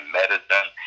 medicine